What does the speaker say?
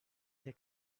they